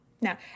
Now